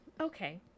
Okay